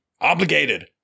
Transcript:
obligated